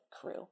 crew